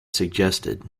suggested